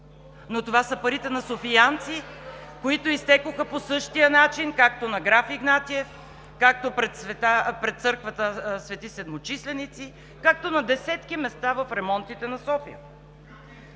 Но това са парите на софиянци, които изтекоха по същия начин, както на „Граф Игнатиев“, както пред църквата „Свети Седмочисленици“, както на десетки места в ремонтите на София.